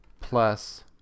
plus